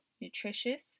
nutritious